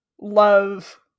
love